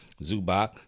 zubak